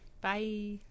Bye